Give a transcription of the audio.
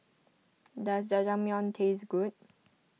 does Jajangmyeon taste good